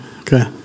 Okay